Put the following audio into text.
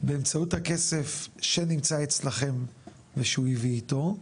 באמצעות הכסף שנמצא אצלכם ושהוא הביא אתו,